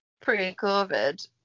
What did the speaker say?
pre-covid